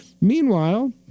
Meanwhile